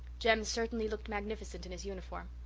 jem certainly looked magnificent in his uniform.